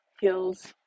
hills